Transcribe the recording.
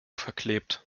verklebt